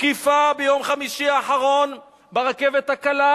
תקיפה ביום חמישי האחרון ברכבת הקלה,